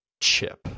chip